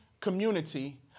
community